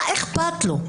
מה אכפת לו?